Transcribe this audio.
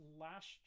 last